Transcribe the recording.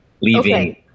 leaving